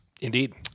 Indeed